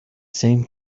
same